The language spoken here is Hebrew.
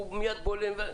והוא מייד בולם.